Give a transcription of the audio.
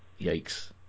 Yikes